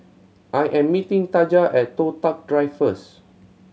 I am meeting Taja at Toh Tuck Drive first